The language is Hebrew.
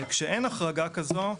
כשאין החרגה כזו,